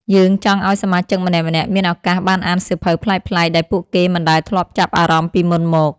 យើងចង់ឱ្យសមាជិកម្នាក់ៗមានឱកាសបានអានសៀវភៅប្លែកៗដែលពួកគេមិនដែលធ្លាប់ចាប់អារម្មណ៍ពីមុនមក។